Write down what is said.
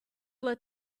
let